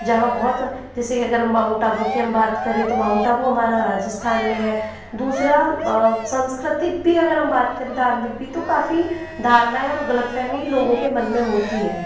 जहाँ बहुत जैसे कि अगर हम माउंट आबू की हम बात करें तो माउंट आबू हमारा राजस्थान में है दूसरा साँस्कृतक भी अगर हम बात करें धार्मिक भी तो काफ़ी धारणाएँ और गलतफ़हमी लोगों के मन में होती है